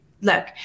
Look